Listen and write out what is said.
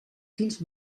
fills